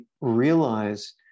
realize